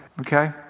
okay